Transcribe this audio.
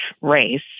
race